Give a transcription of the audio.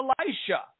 Elisha